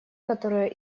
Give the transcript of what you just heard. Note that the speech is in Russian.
которые